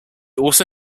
also